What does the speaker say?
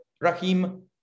Rahim